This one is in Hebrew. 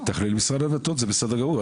משרד הדתות, זה בסדר גמור.